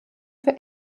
für